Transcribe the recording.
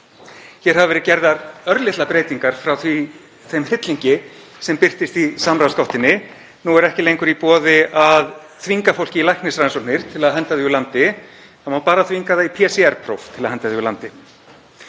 Hér hafa verið gerðar örlitlar breytingar frá þeim hryllingi sem birtist í samráðsgáttinni. Nú er ekki lengur í boði að þvinga fólk í læknisrannsóknir til að henda því úr landi. Það má bara þvinga það í PCR-próf til að henda því úr landi.